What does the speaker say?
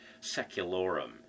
secularum